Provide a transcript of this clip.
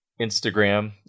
Instagram